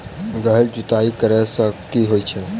गहिर जुताई करैय सँ की होइ छै?